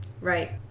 Right